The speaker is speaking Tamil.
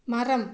மரம்